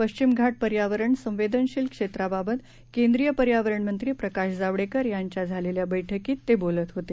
पश्चिम घाट पर्यावरण संवेदनशील क्षेत्राबाबत केंद्रीय पर्यावरण मंत्री प्रकाश जावडेकर यांच्या झालेल्या बैठकीत ते बोलत होते